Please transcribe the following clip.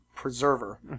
preserver